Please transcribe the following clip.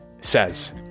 says